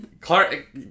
Clark